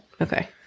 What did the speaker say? Okay